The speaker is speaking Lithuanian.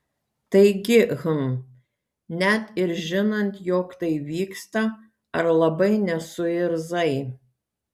taigi hm net ir žinant jog tai vyksta ar labai nesuirzai